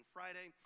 Friday